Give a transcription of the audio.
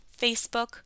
Facebook